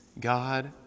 God